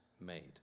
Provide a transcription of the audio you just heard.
made